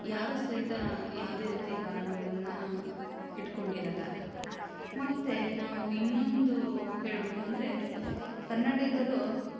ಯಾರೂ ಸಹಿತ ಯಾವುದೇ ರೀತಿ ಕಾರಣಗಳನ್ನು ಇಟ್ಕೊಂಡಿರಲ್ಲ ಮತ್ತೆ ನಾವು ಇನ್ನೊಂದು ಹೇಳಬೇಕು ಅಂದರೆ ಕನ್ನಡಿಗರು